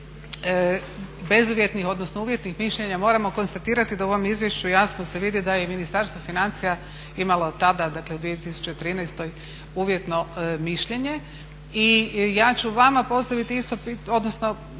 bezuvjetnih odnosno uvjetnih mišljenja moramo konstatirati da u ovom izvješću jasno se vidi da je i Ministarstvo financija imalo tada, dakle u 2013., uvjetno mišljenje. Ja ću vama postaviti isto pitanje, odnosno